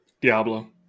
Diablo